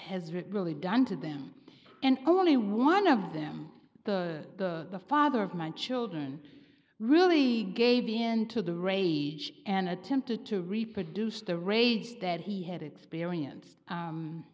has really done to them and only one of them the father of my children really gave into the rage and attempted to reproduce the raid that he had experience